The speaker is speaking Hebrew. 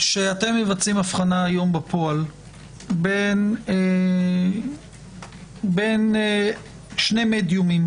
שאתם מבצעים הבחנה היום בפועל בן שני מדיומים